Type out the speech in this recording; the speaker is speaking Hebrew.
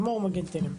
לימור מגן תלם,